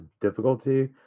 difficulty